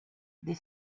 des